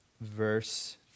verse